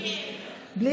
אז את